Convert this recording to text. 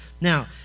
Now